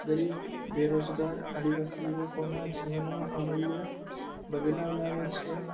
ગરીબ બેરોજગાર આદિવાસી યુવકોનાં જીવનમાં અમૂલ્ય બદલાવ લાવે છે